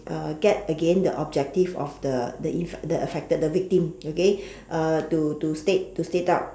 uh get again the objective of the the in affected victim the victim okay uh to to state to state out